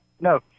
No